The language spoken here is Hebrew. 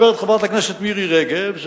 הבעיה השנייה שעליה מדברת חברת הכנסת מירי רגב,